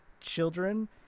children